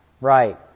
right